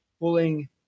pulling